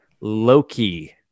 Loki